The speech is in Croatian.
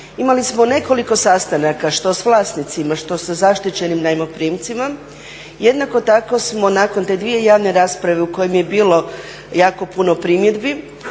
Imali smo nekoliko sastanaka što s vlasnicima što sa zaštićenim najmoprimcima. Jednako tako smo nakon te dvije javne rasprave u kojima je bilo jako puno primjedbi